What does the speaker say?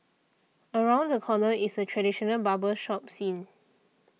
around the corner is a traditional barber shop scene